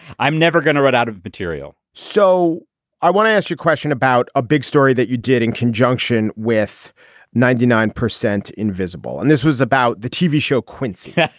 i'm never going to run out of material. so i want to ask your question about a big story that you did in conjunction with ninety nine percent invisible and this was about the tv show quincy, yeah